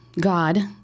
God